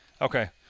Okay